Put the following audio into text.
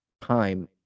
time